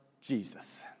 Jesus